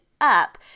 up